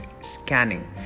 scanning